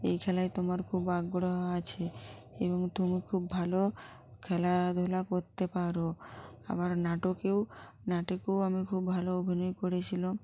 এই খেলায় তোমার খুব আগ্রহ আছে এবং তুমি খুব ভালো খেলাধুলা করতে পারো আবার নাটকেও নাটকেও আমি খুব ভালো অভিনয় করেছিলম